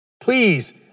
Please